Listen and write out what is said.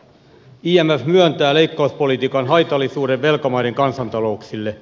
imf myöntää leikkauspolitiikan haitallisuuden velkamaiden kansantalouksille